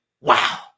Wow